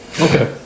Okay